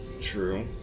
True